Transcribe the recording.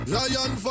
Lion